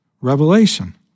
Revelation